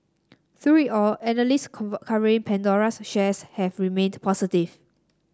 through it all analyst covering Pandora's shares have remained positive